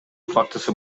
фактысы